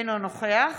אינו נוכח